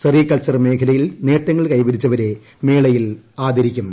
sericulture മേഖലയിൽ നേട്ടങ്ങൾ കൈവരിച്ചവരെ മേളയിൽ ആദരിക്കും